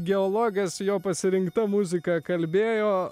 geologas jo pasirinktą muziką kalbėjo